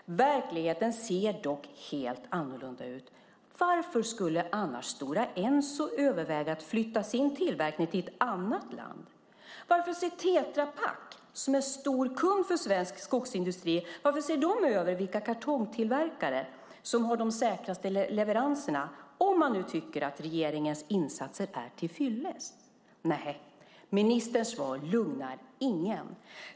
Verkligheten ser dock helt annorlunda ut. Varför skulle annars Stora Enso överväga att flytta sin tillverkning till ett annat land? Varför ser Tetra Pak, som är en stor kund för svensk skogsindustri, över vilka kartongtillverkare som har de säkraste leveranserna om man nu tycker att regeringens insatser är till fyllest? Nej, ministerns svar lugnar ingen.